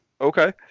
Okay